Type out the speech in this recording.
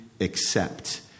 accept